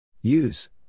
Use